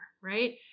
Right